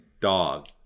Dog